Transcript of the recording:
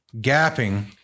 gapping